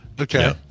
okay